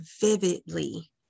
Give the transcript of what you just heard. vividly